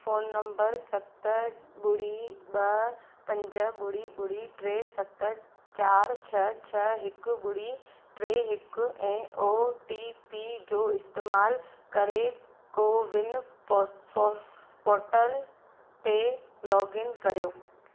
phone number सत ॿुड़ी ॿ पंज ॿुड़ी ॿुड़ी टे सत चारि छह छह हिकु ॿुड़ी टे हिकु ऐं ओ टी पी जो इस्तेमाल करे कोविन पोस पोर्टल ते लॉगइन कर्यो